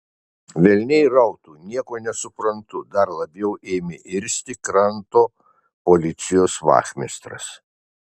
velniai rautų nieko nesuprantu dar labiau ėmė irzti kranto policijos vachmistras